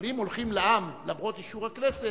אבל אם הולכים לעם למרות אישור הכנסת,